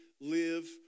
live